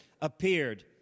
appeared